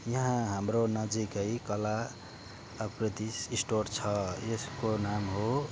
यहाँ हाम्रो नजिकै कलाप्रति स्टोर छ यसको नाम हो